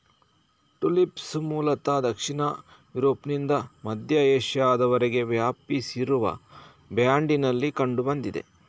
tulips ಮೂಲತಃ ದಕ್ಷಿಣ ಯುರೋಪ್ನಿಂದ ಮಧ್ಯ ಏಷ್ಯಾದವರೆಗೆ ವ್ಯಾಪಿಸಿರುವ ಬ್ಯಾಂಡಿನಲ್ಲಿ ಕಂಡು ಬಂದಿದೆ